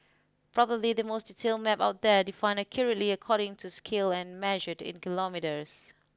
probably the most detailed map out there defined accurately according to scale and measured in kilometres